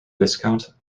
viscount